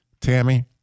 Tammy